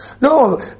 No